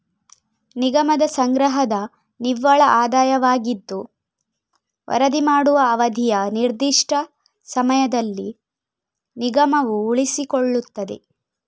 ನಿಗಮದ ಸಂಗ್ರಹದ ನಿವ್ವಳ ಆದಾಯವಾಗಿದ್ದು ವರದಿ ಮಾಡುವ ಅವಧಿಯ ನಿರ್ದಿಷ್ಟ ಸಮಯದಲ್ಲಿ ನಿಗಮವು ಉಳಿಸಿಕೊಳ್ಳುತ್ತದೆ